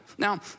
Now